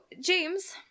James